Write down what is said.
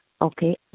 okay